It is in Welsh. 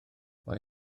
mae